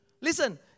Listen